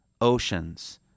Oceans